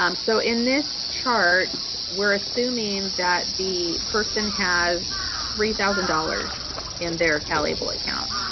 um so in this chart we're assuming that the person has three thousand dollars in their calable account